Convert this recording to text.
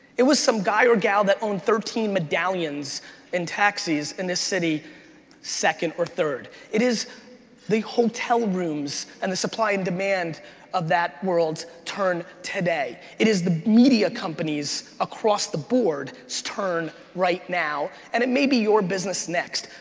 it was some guy or gal that owned thirteen medallions in taxis in this city second or third. it is the hotel rooms and the supply and demand of that world's turn today. it is the media companies across the board's so turn right now and it may be your business next.